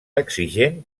exigent